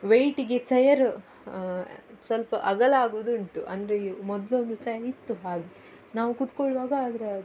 ವೆಯ್ಟಿಗೆ chair ಸ್ವಲ್ಪ ಅಗಲ ಆಗುವುದುಂಟು ಅಂದರೆ ಮೊದಲೊಂದು ಚೇರ್ ಇತ್ತು ಹಾಗೆ ನಾವು ಕೂತ್ಕೊಳ್ಳುವಾಗ ಅದರ